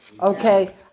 Okay